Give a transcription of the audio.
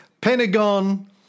Pentagon